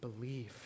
believe